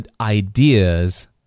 ideas